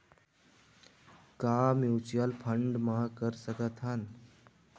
का mutual fund म कर सकत हन?